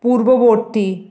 পূর্ববর্তী